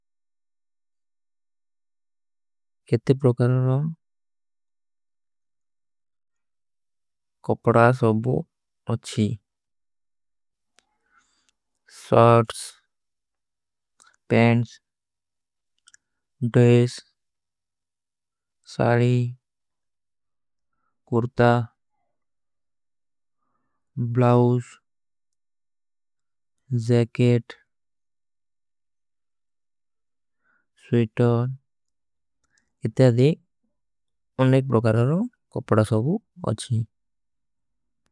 କେତେ ପ୍ରୋକରାରୋଂ କୋପଡା ସଵଭୂ ଅଚ୍ଛୀ। Shirts, pants, dress, sari, kurta, blouse, jacket. Sweater କେତେ ଅଦେ ଅନୁନେକ ପ୍ରୋକରାରୋଂ କୋପଡା ସଵଭୂ ଅଚ୍ଛୀ।